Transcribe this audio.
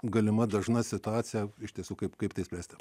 galima dažna situacija iš tiesų kaip kaip tai spręsti